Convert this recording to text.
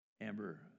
Amber